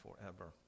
forever